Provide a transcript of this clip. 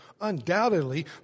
Undoubtedly